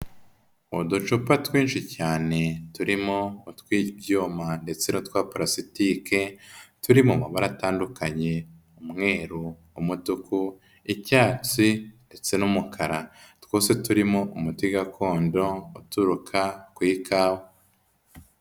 Uducupa twinshi cyane turimo utw'ibyuma ndetse n'utwa pulasitike turi mu mabara atandukanye umweru, umutuku, icyatsi ndetse n'umukara, twose turimo umuti gakondo uturuka ku ikawa.